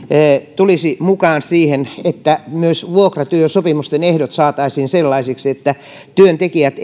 tulisi mukaan siihen että myös vuokratyösopimusten ehdot saataisiin sellaisiksi että työntekijät